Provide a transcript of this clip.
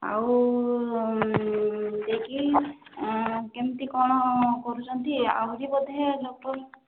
ଆଉ ଦେଖି କେମିତି କ'ଣ କରୁଛନ୍ତି ଆହୁରି ବୋଧେ ଡକ୍ଚର